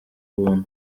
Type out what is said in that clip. ubuntu